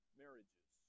marriages